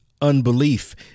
Unbelief